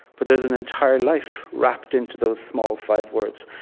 but there's an entire life wrapped into those small five words.